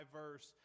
verse